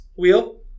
Wheel